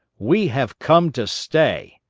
we have come to stay!